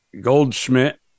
Goldschmidt